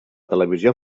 televisió